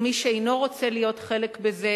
ומי שאינו רוצה להיות חלק בזה,